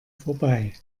vorbei